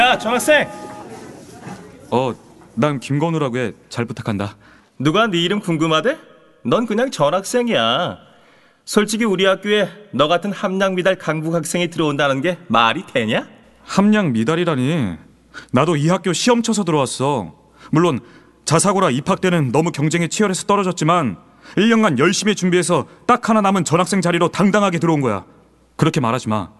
야, 전학생! 어, 난 김건우라고 해. 잘 부탁한다. 누가 네 이름 궁금하대? 넌 그냥 전학생이야. 솔직히 우리 학교에 너 같은 함량미달 강북 학생이 들어온다는 게 말이 되냐? 함량미달이라니. 나도 이 학교 시험 쳐서 들어왔어. 물론 자사고라 입학 때는 너무 경쟁이 치열해서 떨어졌지만 일 년간 열심히 준비해서 딱 하나 남은 전학생 자리로 당당하게 들어온 거야. 그렇게 말하지 마.